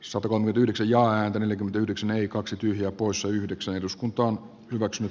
sotavangit yhdeksän ja i neljäkymmentäyhdeksän eli kaksi tyhjää poissa yhdeksän eduskunta on hyväksynyt